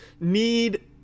need